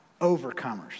overcomers